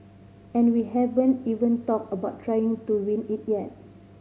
and we haven't even talked about trying to win it yet